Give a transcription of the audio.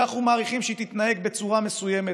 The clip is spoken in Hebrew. שאנחנו מעריכים שהיא תתנהג בצורה מסוימת,